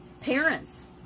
parents